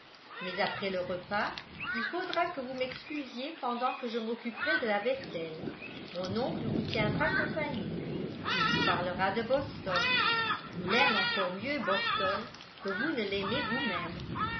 mais après le repas il faudra que vous m'excusiez pendant que je m'occuperai de la vaisselle mon oncle vous tiendra compagnie il vous parlera de boston il aime encore mieux boston que vous ne l'aimez vous-même